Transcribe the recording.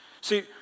See